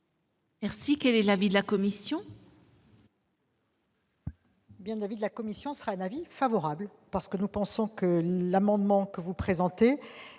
concernés. Quel est l'avis de la commission ?